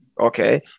Okay